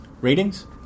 Ratings